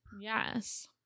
Yes